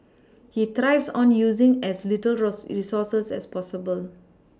he thrives on using as little resources as possible